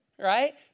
right